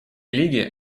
лиги